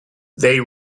they